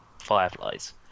Fireflies